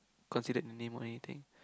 considered the name or anything